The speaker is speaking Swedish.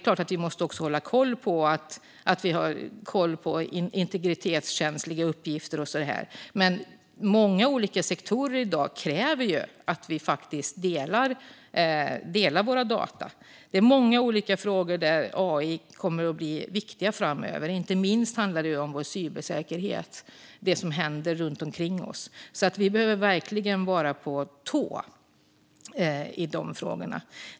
Samtidigt måste vi hålla koll på integritetskänsliga uppgifter och så vidare. Men många olika sektorer kräver i dag att man delar data. Det finns många olika frågor där AI kommer att bli viktigt framöver. Det handlar inte minst om cybersäkerhet och det som händer runt omkring oss. Vi behöver verkligen vara på tå i de frågorna.